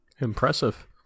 Impressive